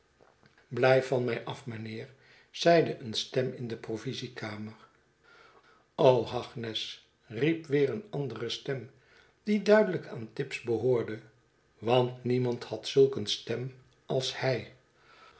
blijf van mij af meneer zeide een stem in de provisiekamer hagnes riep weer een andere stem die duidelijk aan tibbs behoorde want niemand had zulk een stem als hij